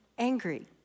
angry